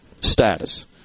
status